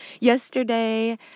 Yesterday